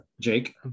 Jake